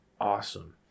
awesome